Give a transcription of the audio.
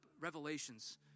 Revelations